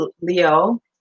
Leo